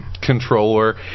controller